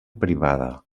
privada